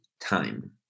time